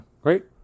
great